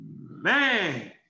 man